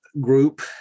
group